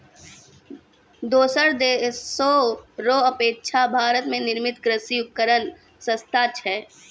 दोसर देशो रो अपेक्षा भारत मे निर्मित कृर्षि उपकरण सस्ता छै